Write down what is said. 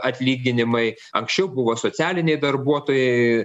atlyginimai anksčiau buvo socialiniai darbuotojai